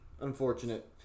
Unfortunate